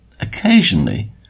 Occasionally